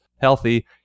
healthy